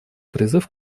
призыв